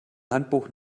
handbuch